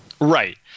Right